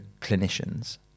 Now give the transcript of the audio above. clinicians